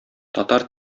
татар